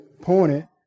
pointed